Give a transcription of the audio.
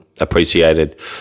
appreciated